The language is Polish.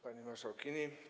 Pani Marszałkini!